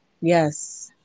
Yes